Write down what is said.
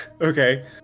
okay